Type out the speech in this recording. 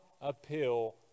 appeal